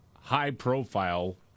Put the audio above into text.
high-profile